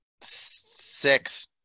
Six